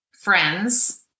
friends